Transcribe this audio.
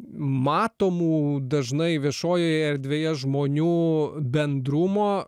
matomų dažnai viešojoje erdvėje žmonių bendrumo